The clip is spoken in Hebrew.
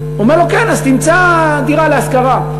אומרים לו: כן, אז תמצא דירה להשכרה.